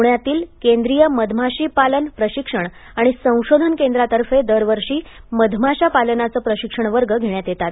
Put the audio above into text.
पूण्यातील केंद्रिय मधमाशी पालन प्रशिक्षण आणि संशोधन केंद्रातर्फेदरवर्षी मधमाशा पालनाचे प्रशिक्षण वर्ग घेण्यात येतात